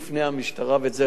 ואת זה שנינו יודעים.